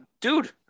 Dude